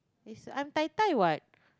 it's untitled what